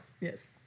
Yes